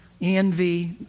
envy